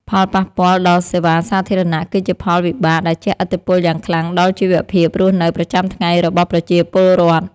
ផលប៉ះពាល់ដល់សេវាសាធារណៈ គឺជាផលវិបាកដែលជះឥទ្ធិពលយ៉ាងខ្លាំងដល់ជីវភាពរស់នៅប្រចាំថ្ងៃរបស់ប្រជាពលរដ្ឋ។